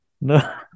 No